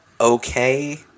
okay